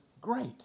great